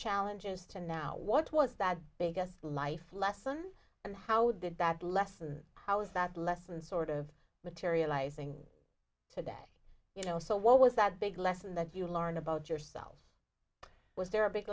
challenges to now what was that biggest life lesson and how did that lesson how was that lesson sort of materializing today you know so what was that big lesson that you learned about yourself was there a big